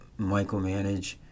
micromanage